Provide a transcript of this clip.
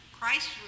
Christ